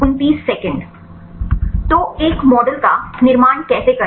तो एक मॉडल का निर्माण कैसे करें